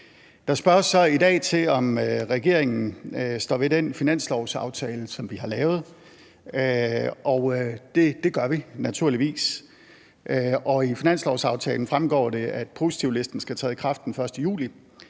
Der spørges så i dag til, om regeringen står ved den finanslovsaftale, som vi har lavet. Det gør vi naturligvis, og i finanslovsaftalen fremgår det, at positivlisten skal træde i kraft den 1. juli,